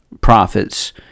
prophets